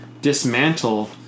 dismantle